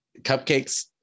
cupcakes